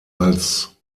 als